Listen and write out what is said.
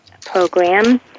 program